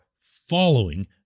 following